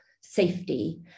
safety